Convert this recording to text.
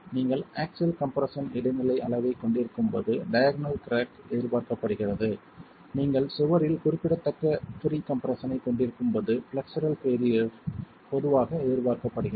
நீங்கள் axial compression இடைநிலை அளவைக் கொண்டிருக்கும் போது டயாக்னல் கிராக் எதிர்பார்க்கப்படுகிறது நீங்கள் சுவரில் குறிப்பிடத்தக்க ப்ரீ கம்ப்ரெஸ்ஸன் ஐக் கொண்டிருக்கும் போது ஃப்ளெக்சுரல் பெய்லியர் பொதுவாக எதிர்பார்க்கப்படுகிறது